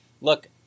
look